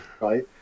right